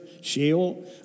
Sheol